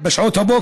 או הצעתי,